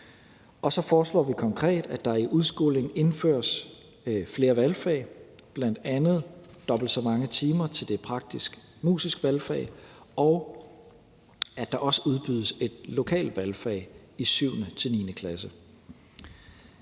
Og så foreslår vi konkret, at der i udskolingen indføres flere valgfag, bl.a. dobbelt så mange timer til det praktisk-musiske valgfag, og at der også udbydes et lokalt valgfag i 7. til 9. klasse.